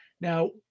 Now